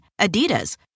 Adidas